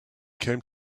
came